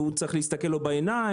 והוא צריך להסתכל לו בעיניים.